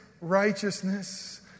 righteousness